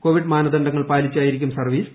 Covid മാനദണ്ഡങ്ങൾ പാലിച്ചായിരിക്കും service